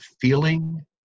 feeling